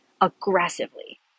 Aggressively